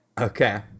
Okay